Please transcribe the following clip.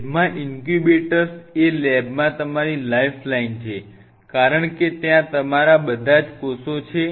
લેબમાં ઇન્ક્યુબેટર એ લૅબમાં તમારી લાઇફ લાઇન છે કારણ કે ત્યાં તમારા બધા જ કોષો છે